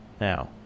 Now